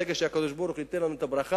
ברגע שהקדוש-ברוך-הוא ייתן לנו את הברכה,